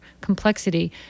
complexity